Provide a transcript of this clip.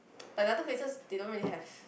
like the other places they don't really have